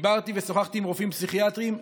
דיברתי ושוחחתי עם רופאים פסיכיאטרים,